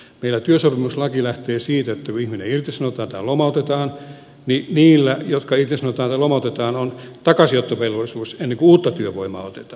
meillä työsopimuslaki lähtee siitä että kun ihminen irtisanotaan tai lomautetaan niin niillä jotka irtisanotaan tai lomautetaan on takaisinottovelvollisuus ennen kuin uutta työvoimaa otetaan